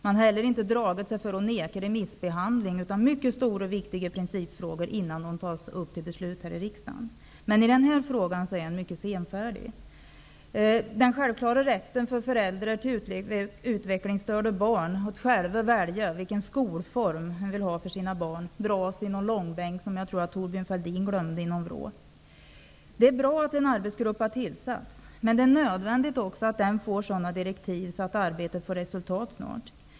Man har inte heller dragit sig för att neka till remissbehandling av mycket stora och viktiga principfrågor, innan de tas upp till beslut här i riksdagen. I den här frågan är regeringen dock mycket senfärdig. Den självklara rätten för föräldrar till utvecklingsstörda barn att själva välja skolform för sina barn dras i någon långbänk som jag tror att Thorbjörn Fälldin glömde i någon vrå. Det är bra att en arbetsgrupp har tillsatts. Det är emellertid också nödvändigt att den får sådana direktiv att arbetet snart leder till resultat.